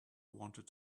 wanted